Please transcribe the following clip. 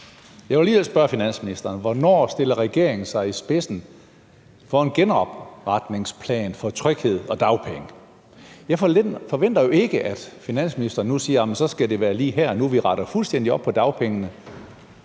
jeg vil alligevel spørge finansministeren: Hvornår stiller regeringen sig i spidsen for en genopretningsplan for tryghed om dagpenge? Jeg forventer jo ikke, at finansministeren siger, at det skal være lige her og nu, vi retter fuldstændig op på dagpengene,